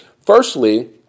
Firstly